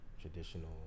traditional